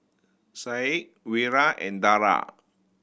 Syed Wira and Dara